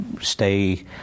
stay